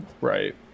Right